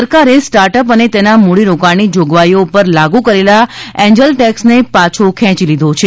સરકારે સ્ટાર્ટઅપ અને તેના મૂડીરોકાણની જોગવાઇઓ પર લાગુ કરેલા એન્જલ ટેક્ષને પાછો ખેંચી લીધો છે